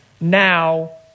now